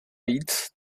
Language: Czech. víc